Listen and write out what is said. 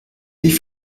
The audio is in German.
wie